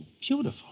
beautiful